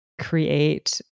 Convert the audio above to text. create